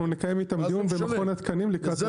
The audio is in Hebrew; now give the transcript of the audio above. אנחנו נקיים איתם דיון במכון התקנים לקראת הדיון הבא.